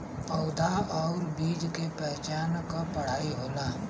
पउधा आउर बीज के पहचान क पढ़ाई होला